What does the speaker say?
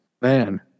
man